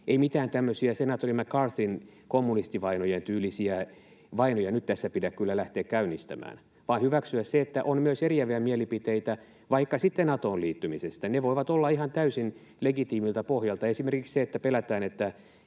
ei mitään tämmöisiä senaattori McCarthyn kommunistivainojen tyylisiä vainoja nyt tässä pidä kyllä lähteä käynnistämään vaan hyväksyä se, että on myös eriäviä mielipiteitä, vaikka sitten Natoon liittymisestä. Ne voivat olla ihan täysin legitiimiltä pohjalta, esimerkiksi se, että pelätään, että